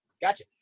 Gotcha